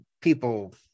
people